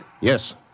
Yes